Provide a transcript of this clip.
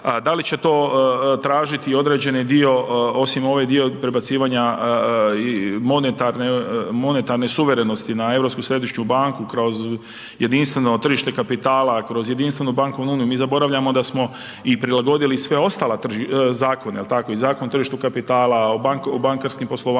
da li će to tražiti određeni dio osim ovaj dio prebacivanja monetarne suverenosti na Europsku središnju banku kroz jedinstveno tržište kapitala, kroz jedinstvenu bankovnu uniju, mi zaboravljamo da smo i prilagodili sve ostale zakone, jel tako i Zakon o tržištu kapitala, o bankarskom poslovanju,